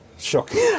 Shocking